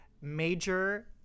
major